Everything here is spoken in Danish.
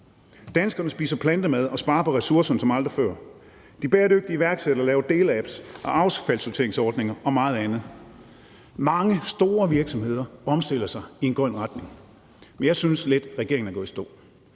Danskerne spiser plantemad og sparer på ressourcerne som aldrig før. De bæredygtige iværksættere laver deleapps og affaldssorteringsordninger og meget andet. Mange store virksomheder omstiller sig i en grøn retning – men jeg synes lidt, at regeringen er gået i stå.